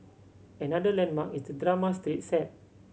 another landmark is the drama street set